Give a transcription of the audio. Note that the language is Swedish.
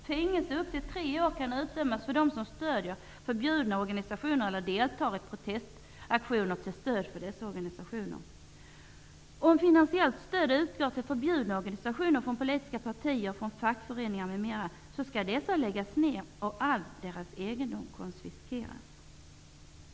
Fängelse upp till tre år kan utdömas för dem som stödjer förbjudna organisationer eller deltar i protestaktioner till stöd för dessa organisationer. Om finansiellt stöd utgår till förbjudna organisationer från politiska partier, från fackföreningar m.m. skall dessa läggas ned och all deras egendom konfiskeras.